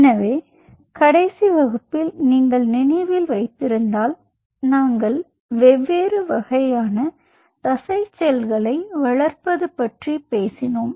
எனவே கடைசி வகுப்பில் நீங்கள் நினைவில் வைத்திருந்தால் நாங்கள் வெவ்வேறு வகையான தசை செல்களை வளர்ப்பது பற்றி பேசினோம்